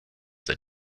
the